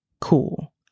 cool